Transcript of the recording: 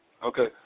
Okay